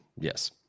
Yes